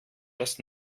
das